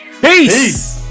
Peace